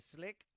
Slick